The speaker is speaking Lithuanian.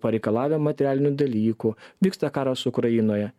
pareikalavę materialinių dalykų vyksta karas ukrainoje